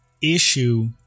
issue